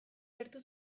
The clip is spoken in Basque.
gertu